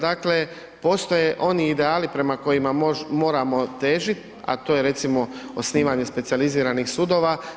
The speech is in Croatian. Dakle, postoje oni ideali prema kojima moramo težiti, a to je recimo osnivanje specijaliziranih sudova.